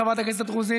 חברת הכנסת רוזין,